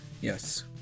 Yes